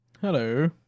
Hello